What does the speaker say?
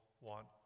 want